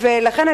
ולכן,